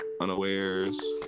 unawares